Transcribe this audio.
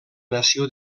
nació